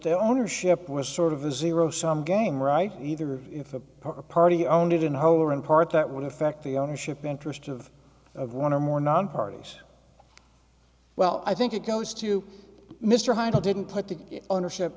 the ownership was sort of a zero sum game right either if a party owned it in whole or in part that would affect the ownership interest of of one or more non parties well i think it goes to mr hyde i didn't put the ownership